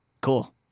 Cool